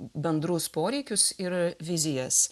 bendrus poreikius ir vizijas